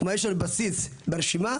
מה שנמצא ברשימה,